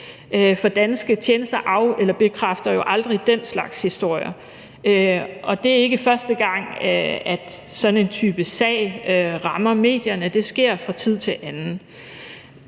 for danske tjenester af- eller bekræfter jo aldrig den slags historier, og det er ikke første gang, at en sådan type sag rammer medierne – det sker fra tid til anden.